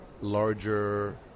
larger